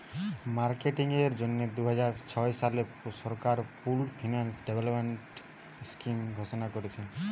marketing এর জন্যে দুইহাজার ছয় সালে সরকার পুল্ড ফিন্যান্স ডেভেলপমেন্ট স্কিং ঘোষণা কোরেছে